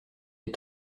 est